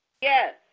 yes